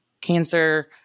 cancer